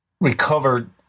recovered